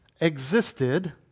existed